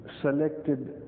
selected